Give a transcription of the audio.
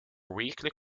weekly